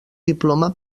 diploma